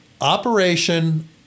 Operation